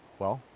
well,